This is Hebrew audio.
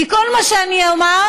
כי כל מה שאני אומר,